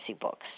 books